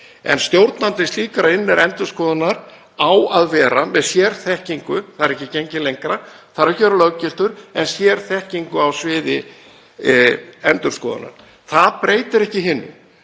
En stjórnandi slíkrar innri endurskoðunar á að vera með sérþekkingu, það er ekki gengið lengra, hann þarf ekki að vera löggiltur, á sviði endurskoðunar. Það breytir ekki hinu